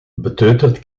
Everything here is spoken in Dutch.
beteuterd